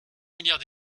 milliards